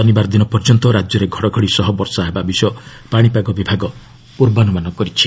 ଶନିବାର ଦିନ ପର୍ଯ୍ୟନ୍ତ ରାଜ୍ୟରେ ଘଡ଼ଘଡ଼ି ସହ ବର୍ଷା ହେବା ବିଷୟ ପାଣିପାଗ ବିଭାଗ ଅନୁମାନ କରିଛି